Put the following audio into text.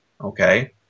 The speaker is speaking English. okay